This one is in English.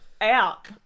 out